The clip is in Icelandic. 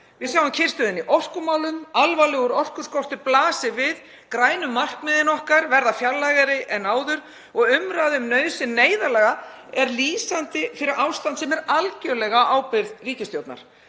Við sjáum kyrrstöðuna í orkumálum, alvarlegur orkuskortur blasir við, grænu markmiðin okkar verða fjarlægari en áður og umræða um nauðsyn neyðarlaga er lýsandi fyrir ástand sem er algerlega á ábyrgð ríkisstjórnar,